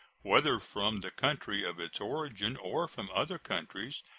whether from the country of its origin or from other countries,